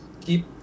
keep